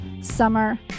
summer